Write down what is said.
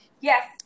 Yes